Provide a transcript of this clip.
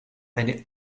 eine